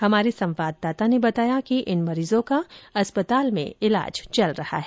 हमारे संवाददाता ने बताया कि इन मरीजों का अस्पताल में इलाज चल रहा है